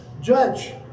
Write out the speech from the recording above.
judge